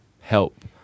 help